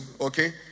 okay